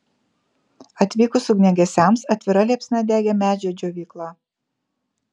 atvykus ugniagesiams atvira liepsna degė medžio džiovykla